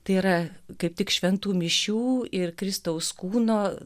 tai yra kaip tik šventų mišių ir kristaus kūno